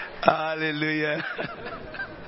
Hallelujah